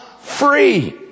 free